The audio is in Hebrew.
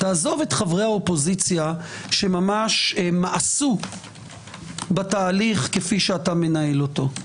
תעזוב את חברי האופוזיציה שממש מאסו בתהליך כפי שאתה מנהל אותו.